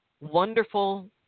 wonderful